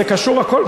זה קשור, הכול.